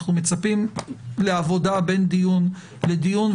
אנחנו מצפים לעבודה בין דיון לדיון,